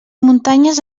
muntanyes